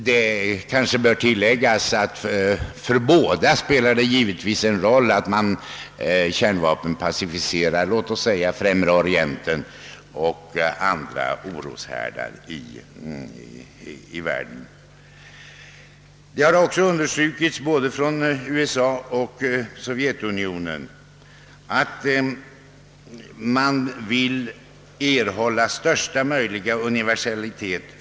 Det kanske bör tilläg gas att det för båda givetvis spelar en betydelsefull roll, att man kärnvapenpacificerar exempelvis Främre Orienten och andra oroshärdar i världen. Både USA och Sovjetunionen har också understrukit att de önskar att ett avtal av denna typ får största möjliga universalitet.